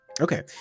Okay